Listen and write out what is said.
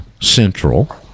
Central